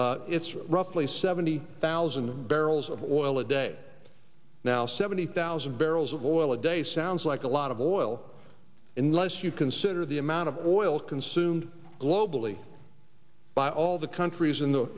it's roughly seventy thousand barrels of oil a day now seventy thousand barrels of oil a day sounds like a lot of oil in less you consider the amount of oil consumed globally by all the countries in the